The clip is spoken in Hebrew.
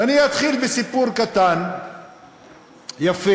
ואני אתחיל בסיפור קטן, יפה,